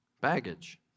baggage